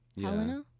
Helena